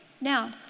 Now